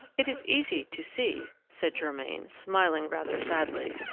it is easy to see, said germain, smiling rather sadly,